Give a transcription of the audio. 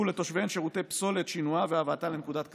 לתושביהן שירותי פסולת ואת שינועה והבאתה לנקודת קצה.